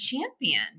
champion